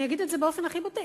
אני אגיד את זה באופן הכי בוטה,